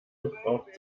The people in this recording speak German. gebraucht